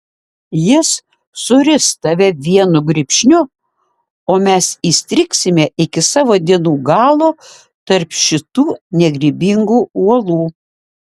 jis suris tave vienu grybšniu o mes įstrigsime iki savo dienų galo tarp šitų negrybingų uolų